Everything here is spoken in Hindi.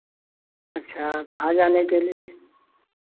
अच्छा कहाँ जाने के लिए